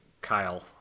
Kyle